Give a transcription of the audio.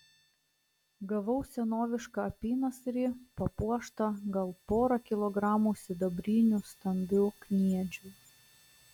gavau senovišką apynasrį papuoštą gal pora kilogramų sidabrinių stambių kniedžių